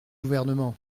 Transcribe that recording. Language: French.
gouvernement